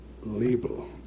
label